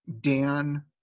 Dan